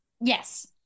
Yes